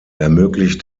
ermöglicht